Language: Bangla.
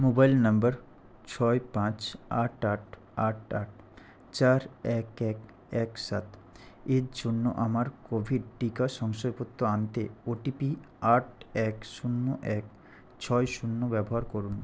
মোবাইল নাম্বার ছয় পাঁচ আট আট আট আট চার এক এক এক সাত এর জন্য আমার কোভিড টিকা শংসাপত্র আনতে ওটিপি আট এক শূন্য এক ছয় শূন্য ব্যবহার করুন